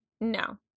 no